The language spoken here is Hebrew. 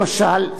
למשל,